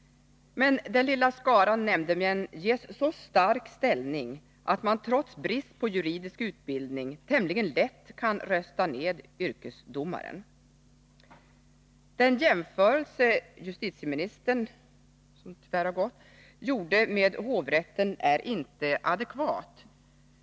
Men den lilla skaran nämndemän ges så stark ställning, att den trots brist på juridisk utbildning tämligen lätt kan rösta ned yrkesdomaren. Den jämförelse med hovrätt som justitieministern gjorde är inte adekvat.